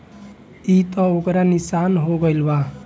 ई त ओकर निशान हो गईल बा